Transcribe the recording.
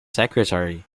secretary